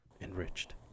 Enriched